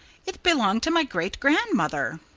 it belonged to my great-grandmother.